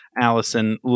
Allison